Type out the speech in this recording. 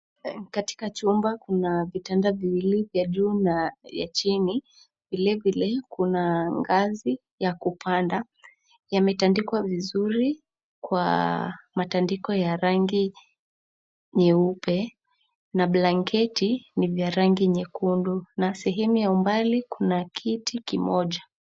Katika chumba kuna vitanda viwili ya juu na ya chini, vile vile kuna ngazi ya kupanda. Yametandikwa vizuri kwa matandiko ya rangi nyeupe na blanketi ni vya rangi nyekundu na sehemu ya umbali kuna kiti kimoja.